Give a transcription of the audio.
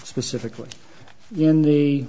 specifically in the